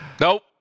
Nope